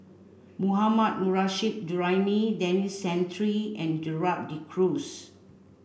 Mohammad Nurrasyid Juraimi Denis Santry and Gerald De Cruz